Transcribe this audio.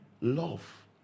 Love